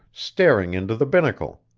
staring into the binnacle.